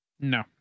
No